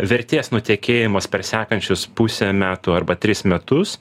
vertės nutekėjimas per sekančius pusę metų arba tris metus